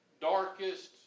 darkest